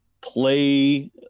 play